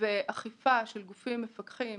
ואכיפה של גופים מפוקחים